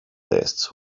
tests